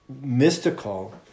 mystical